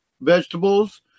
vegetables